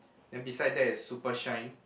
then beside that is super shine